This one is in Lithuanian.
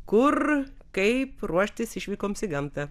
kur kaip ruoštis išvykoms į gamtą